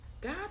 God